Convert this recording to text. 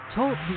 Talk